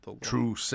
true